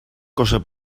cosa